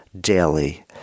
daily